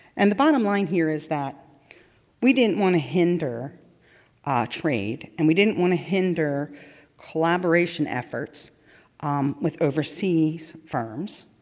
and the bottom line here is that we didn't want to hinder ah trade, and we didn't want to hinder collaboration efforts um with overseas firms.